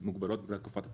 ומוגבלות בגלל תקופת הבחירות.